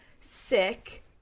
sick